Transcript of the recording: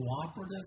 cooperative